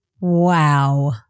Wow